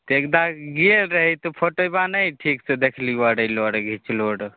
एकदा गेल रहै तऽ फोटेबा नहि ठीकसे देखलिअऽ रहै अएलौ रहै घिचलहो रहै